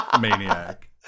maniac